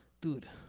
dude